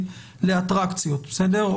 לאטרקציות למשל,